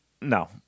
no